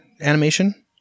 animation